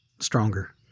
Stronger